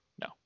No